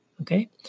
Okay